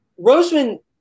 Roseman